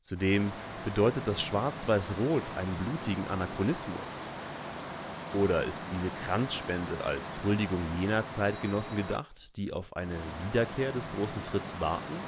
zudem bedeutet das schwarzweißrot einen blutigen anachronismus oder ist diese kranzspende als huldigung jener zeitgenossen gedacht die auf eine wiederkehr des großen fritz warten